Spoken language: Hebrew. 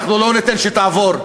אנחנו לא ניתן שתעבור.